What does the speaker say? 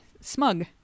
Smug